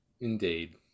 Indeed